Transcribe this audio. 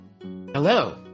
Hello